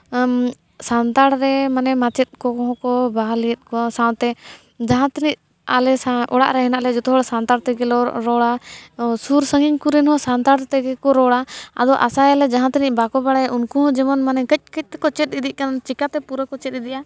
ᱥᱟᱱᱛᱟᱲ ᱨᱮ ᱢᱟᱱᱮ ᱢᱟᱪᱮᱫ ᱠᱚᱦᱚᱸ ᱠᱚ ᱵᱟᱦᱟᱞᱤᱭᱮᱫ ᱠᱚᱣᱟ ᱥᱟᱶᱛᱮ ᱡᱟᱦᱟᱸ ᱛᱤᱱᱟᱹᱜ ᱟᱞᱮ ᱥᱟᱶ ᱚᱲᱟᱜ ᱨᱮ ᱦᱮᱱᱟᱜ ᱞᱮᱭᱟ ᱡᱚᱛᱚ ᱦᱚᱲ ᱥᱟᱱᱛᱟᱲ ᱛᱜᱮ ᱞᱮ ᱨᱚᱲᱟ ᱥᱩᱨ ᱥᱟᱺᱜᱤᱧ ᱠᱚᱨᱮᱱ ᱦᱚᱸ ᱥᱟᱱᱛᱟᱲ ᱛᱮᱜᱮ ᱠᱚ ᱨᱚᱲᱟ ᱟᱫᱚ ᱟᱥᱟᱭᱟᱞᱮ ᱡᱟᱦᱟᱸ ᱛᱤᱱᱟᱹᱜ ᱵᱟᱠᱚ ᱵᱟᱲᱟᱭᱟ ᱩᱱᱠᱩ ᱦᱚᱸ ᱡᱮᱢᱚᱱ ᱢᱟᱱᱮ ᱠᱟᱹᱡ ᱠᱟᱹᱡ ᱛᱮᱠᱚ ᱪᱮᱫ ᱤᱫᱤᱜ ᱠᱟᱱ ᱪᱤᱠᱟᱹᱛᱮ ᱯᱩᱨᱟᱹ ᱠᱚ ᱪᱮᱫ ᱤᱫᱤᱜᱼᱟ